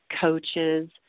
coaches